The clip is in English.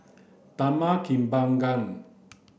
Taman Kembangan